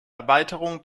erweiterung